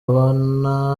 abona